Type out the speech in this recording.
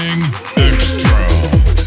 extra